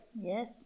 Yes